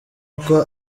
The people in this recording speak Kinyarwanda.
uko